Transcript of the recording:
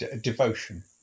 Devotion